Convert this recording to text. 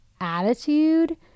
attitude